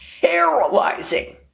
paralyzing